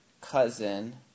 cousin